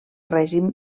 règim